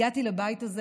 הגעתי לבית הזה